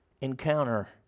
encounter